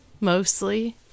Mostly